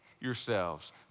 yourselves